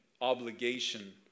obligation